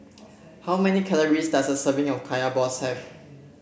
how many calories does a serving of Kaya Balls have